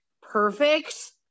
perfect